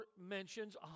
mentions